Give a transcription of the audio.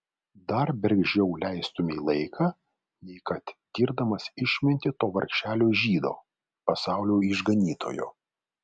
dar bergždžiau leistumei laiką nei kad tirdamas išmintį to vargšelio žydo pasaulio išganytojo